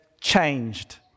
changed